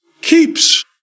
Keeps